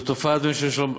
זאת תופעה לא מוכרת